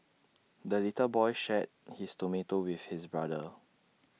the little boy shared his tomato with his brother